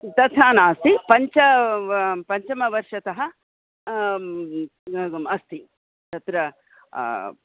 तथा नास्ति पञ्च पञ्चमवर्षतः अस्ति तत्र